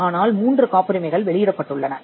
ஆனால் மூன்று காப்புரிமைகள் வெளியிடப்பட்டுள்ளன